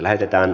asia